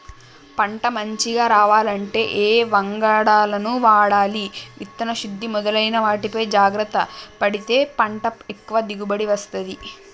పంట మంచిగ రావాలంటే ఏ వంగడాలను వాడాలి విత్తన శుద్ధి మొదలైన వాటిపై జాగ్రత్త పడితే పంట ఎక్కువ దిగుబడి వస్తది